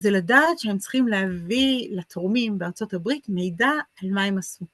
זה לדעת שהם צריכים להביא לתורמים בארה״ב מידע על מה הם עשו